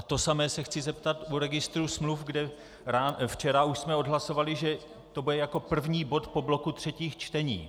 To samé se chci zeptat u registru smluv, kde včera už jsme odhlasovali, že to bude jako první bod po bloku třetích čtení.